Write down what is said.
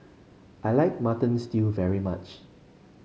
I like Mutton Stew very much